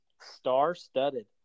Star-studded